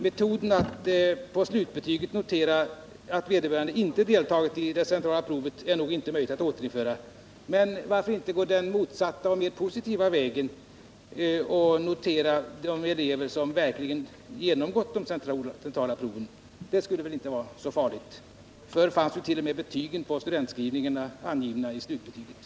Metoden att på slutbetyget notera att vederbörande elev inte deltagit i det centrala provet är nog inte möjlig att återinföra, men varför inte gå den motsatta och mer positiva vägen och notera vilka centrala prov som en elev verkligen genomgått? Det kan väl inte vara så farligt. Förr fanns ju t.o.m. betygen på studentskrivningarna angivna i slutbetyget.